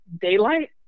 daylight